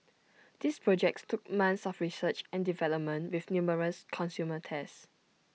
these projects took months of research and development with numerous consumer tests